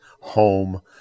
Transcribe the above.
home